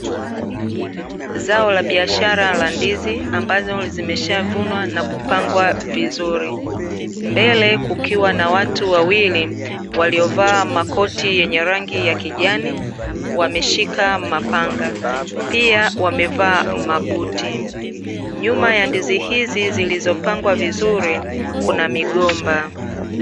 Zao la biashara la ndizi ambazo zimeshavunwa na kupangwa vizuri. Mbele kukiwa na watu wawili waliovaa makoti yenye rangi ya kijani, wameshika mapanga. Pia wamevaa mabuti. Nyuma ya ndizi hizi zilizopangwa vizuri, kuna migomba.